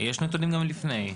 יש נתונים גם לפני.